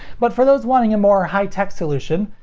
but for those wanting a more high-tech solution,